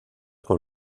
con